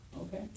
Okay